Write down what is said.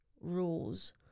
rules